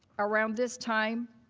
around this time,